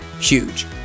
huge